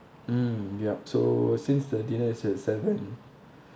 mm yup so since the dinner is at seven